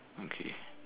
okay